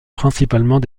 principalement